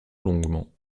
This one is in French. longuement